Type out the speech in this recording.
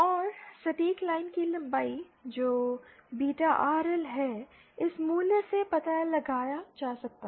और सटीक लाइन की लंबाई जो बीटा RL है इस मूल्य से पता लगाया जा सकता है